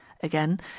again